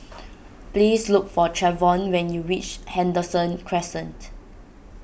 please look for Trevon when you reach Henderson Crescent